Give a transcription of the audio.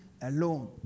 alone